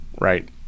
right